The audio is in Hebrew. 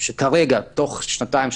שכרגע תוך שנתיים,